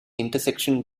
intersection